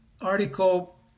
article